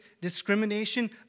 discrimination